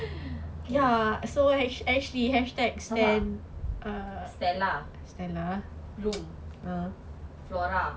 okay sabar stella bloom flora